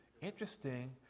interesting